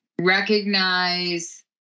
recognize